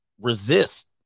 resist